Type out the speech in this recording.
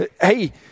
Hey